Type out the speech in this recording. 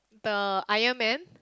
the Iron Man